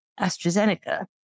AstraZeneca